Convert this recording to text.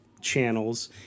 channels